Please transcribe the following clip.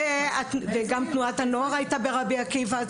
גם תנועת הנוער הייתה ברבי עקיבא.